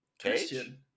Christian